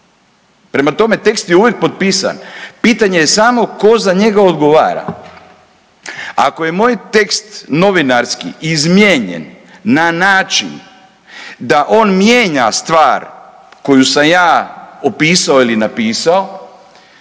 Prema tome, tekst je uvijek potpisan, pitanje je samo tko za njega odgovara. Ako je moj tekst novinarski izmijenjen na način da on mijenja stvar koju sam ja opisao ili napisao